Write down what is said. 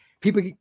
people